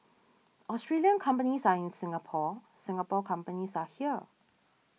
Australian companies are in Singapore Singapore companies are here